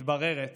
מתבררת